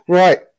right